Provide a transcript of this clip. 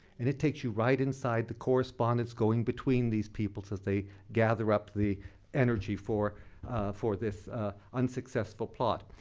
and it takes you right inside the correspondence going between these people so as they gather up the energy for for this unsuccessful plot.